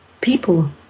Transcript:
people